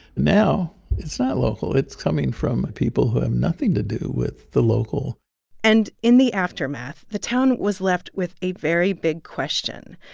now it's not local. it's coming from people who have nothing to do with the local and in the aftermath, the town was left with a very big question.